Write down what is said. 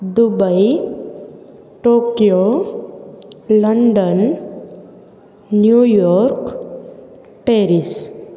Dubai Tokyo London New York Paris